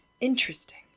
Interesting